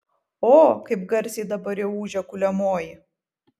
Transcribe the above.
o kaip garsiai dabar jau ūžia kuliamoji